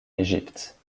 égypte